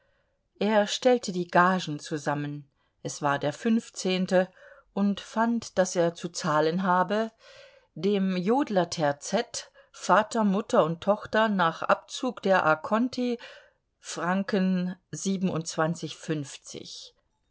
er stellte die gagen zusammen es war der fünfzehnte und fand daß er zu zahlen habe dem jodlerterzett vater mutter und tochter nach abzug der contifr